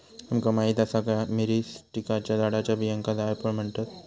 तुमका माहीत आसा का, मिरीस्टिकाच्या झाडाच्या बियांका जायफळ म्हणतत?